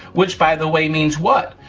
which by the way means what?